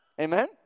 Amen